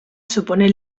supone